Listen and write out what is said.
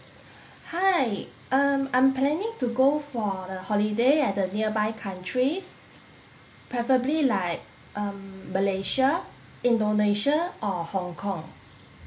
hi um I'm planning to go for the holiday at the nearby countries preferably like um malaysia indonesia or hong kong